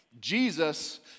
Jesus